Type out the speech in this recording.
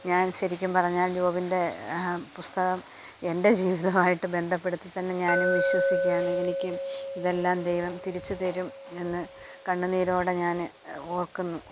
ഞാൻ ശരിക്കും പറഞ്ഞാൽ ജോബിൻ്റെ പുസ്തകം എൻ്റെ ജീവിതവും ആയിട്ട് ബന്ധപ്പെടുത്തിത്തന്നെ ഞാനും വിശ്വസിക്കുകയാണ് എനിക്കും ഇതെല്ലാം ദൈവം തിരിച്ചുതരും എന്ന് കണ്ണുനീരോടെ ഞാൻ ഓർക്കുന്നു